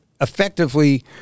effectively